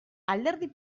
alderdi